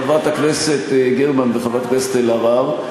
חברת הכנסת גרמן וחברת הכנסת אלהרר,